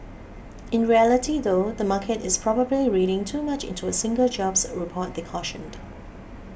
in reality though the market is probably reading too much into a single jobs report they cautioned